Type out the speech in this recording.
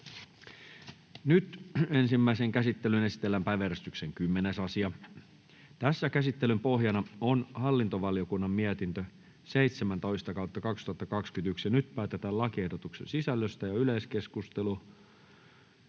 Ensimmäiseen käsittelyyn esitellään päiväjärjestyksen 11. asia. Käsittelyn pohjana on sivistysvaliokunnan mietintö SiVM 16/2021 vp. Nyt päätetään lakiehdotuksen sisällöstä. — Yleiskeskusteluun,